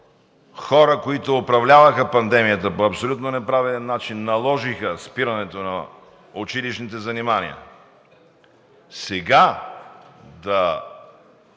хора, които управляваха пандемията по абсолютно неправилен начин, наложиха спирането на училищните занимания, и когато